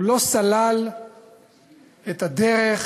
הוא לא סלל את הדרך